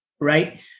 right